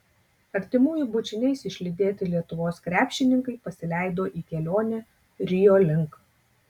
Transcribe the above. artimųjų bučiniais išlydėti lietuvos krepšininkai pasileido į kelionę rio link